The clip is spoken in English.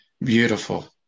beautiful